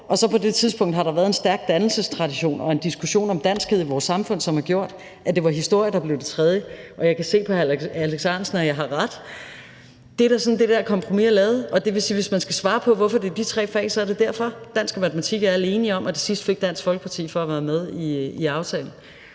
Og på det tidspunkt har der været en stærk dannelsestradition og en diskussion om danskhed i vores samfund, som har gjort, at det var historie, der blev det tredje. Jeg kan se på hr. Alex Ahrendtsen, at jeg har ret. Det er da sådan, det der kompromis er lavet. Og det vil sige, at hvis man skal svare på, hvorfor det er de tre fag, så er det derfor: Dansk og matematik er alle enige om, og det sidste fik Dansk Folkeparti for at være med i aftalen.